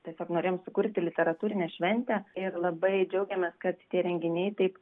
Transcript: tiesiog norėjom sukurti literatūrinę šventę ir labai džiaugiamės kad tie renginiai taip